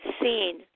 Seen